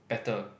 better